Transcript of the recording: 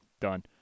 done